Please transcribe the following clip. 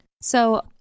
So-